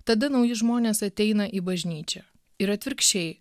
tada nauji žmonės ateina į bažnyčią ir atvirkščiai